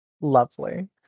Lovely